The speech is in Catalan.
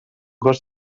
gos